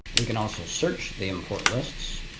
we can also search the import lists.